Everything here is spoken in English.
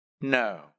No